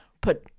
put